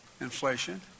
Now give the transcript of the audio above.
inflation